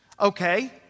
Okay